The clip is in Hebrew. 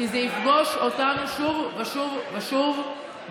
כי זה יפגוש אותנו שוב ושוב ושוב,